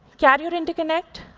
carrier interconnect,